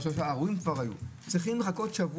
ההורים כבר היו בבידוד.